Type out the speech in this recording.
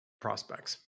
prospects